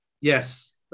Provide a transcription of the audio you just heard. Yes